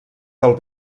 del